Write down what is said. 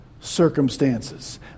circumstances